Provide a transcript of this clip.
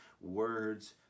words